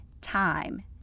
time